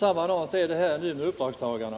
Det gäller uppdragstagarna.